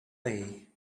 day